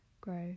grow